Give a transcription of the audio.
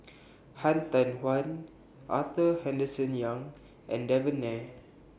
Han Tan Huan Arthur Henderson Young and Devan Nair